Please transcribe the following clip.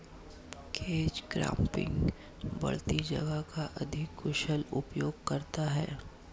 catch cropping बढ़ती जगह का अधिक कुशल उपयोग करता है